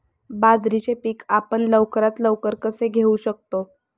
बाजरीचे पीक आपण लवकरात लवकर कसे घेऊ शकतो?